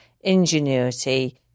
ingenuity